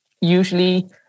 usually